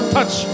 Touch